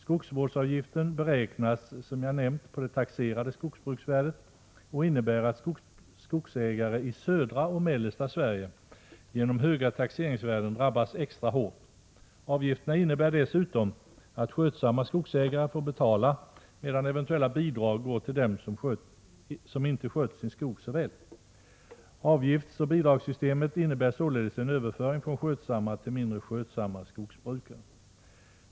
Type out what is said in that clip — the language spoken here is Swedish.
Skogsvårdsavgiften beräknas, som jag nämnt, på det taxerade skogsbruksvärdet och innebär att skogsägare i södra och mellersta Sverige genom höga taxeringsvärden drabbas extra hårt. Avgifterna innebär dessutom att skötsamma skogsägare får betala, medan eventuella bidrag går till dem som inte skött sin skog så väl. Avgiftsoch bidragssystemet innebär således en överföring från skötsamma till mindre skötsamma skogsbrukare.